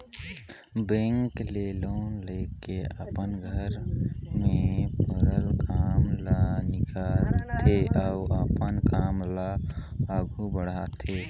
bank ले loan लेके अपन घर में परल काम ल निकालथे अउ अपन काम ल आघु बढ़ाथे